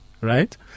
right